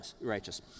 righteous